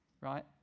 right